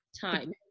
time